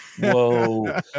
Whoa